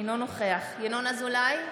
אינו נוכח ינון אזולאי,